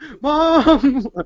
mom